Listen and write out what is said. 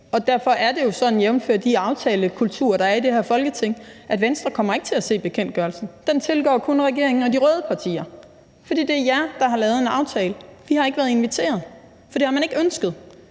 og derfor er jo det sådan, jævnfør de aftalekulturer, der er i det her Folketing, at Venstre ikke kommer til at se bekendtgørelsen. Den tilgår kun regeringen og de røde partier, for det er jer, der har lavet en aftale. Vi har ikke været inviteret, for det har man ikke ønsket.